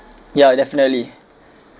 ya definitely